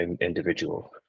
individual